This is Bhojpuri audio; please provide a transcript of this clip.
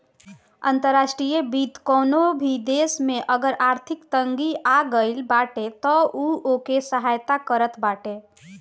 अंतर्राष्ट्रीय वित्त कवनो भी देस में अगर आर्थिक तंगी आगईल बाटे तअ उ ओके सहायता करत बाटे